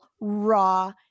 raw